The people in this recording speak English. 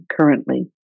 currently